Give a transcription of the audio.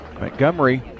Montgomery